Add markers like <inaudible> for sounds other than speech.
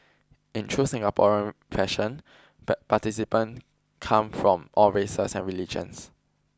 in true Singaporean fashion <unintelligible> participants come from all races and religions